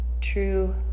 true